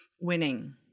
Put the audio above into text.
winning